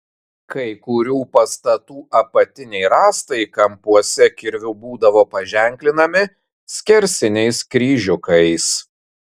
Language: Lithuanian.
kai kurių pastatų apatiniai rąstai kampuose kirviu būdavo paženklinami skersiniais kryžiukais